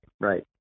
Right